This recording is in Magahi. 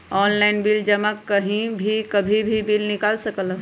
ऑनलाइन बिल जमा कहीं भी कभी भी बिल निकाल सकलहु ह?